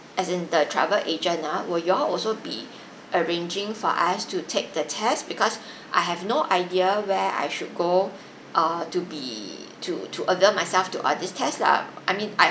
as in the travel agent ah will you all also be arranging for us to take the test because I have no idea where I should go err to be to to avail myself to all these tests lah I mean